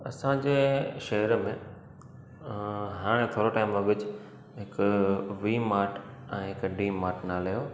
असांजे शहर में हाणे थोरे टाइम अॻ जी हिक वी मार्ट ऐं हिक डी मार्ट नाले जो